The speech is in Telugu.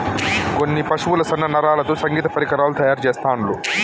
కొన్ని పశువుల సన్న నరాలతో సంగీత పరికరాలు తయారు చెస్తాండ్లు